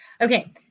Okay